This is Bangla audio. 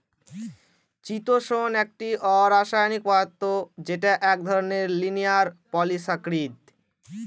চিতোষণ একটি অরাষায়নিক পদার্থ যেটা এক ধরনের লিনিয়ার পলিসাকরীদ